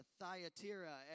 Thyatira